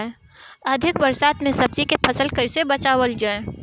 अधिक बरसात में सब्जी के फसल कैसे बचावल जाय?